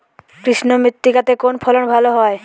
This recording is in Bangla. কৃষ্ণ মৃত্তিকা তে কোন ফসল ভালো হয়?